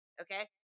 Okay